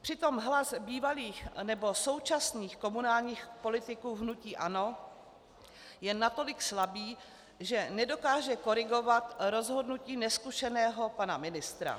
Přitom hlas bývalých nebo současných komunálních politiků hnutí ANO je natolik slabý, že nedokáže korigovat rozhodnutí nezkušeného pana ministra.